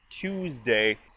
Tuesday